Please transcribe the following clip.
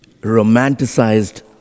romanticized